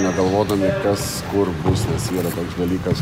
negalvodami kas kur bus nes yra toks dalykas